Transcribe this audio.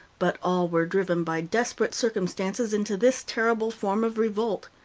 but all were driven by desperate circumstances into this terrible form of revolt.